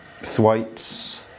Thwaites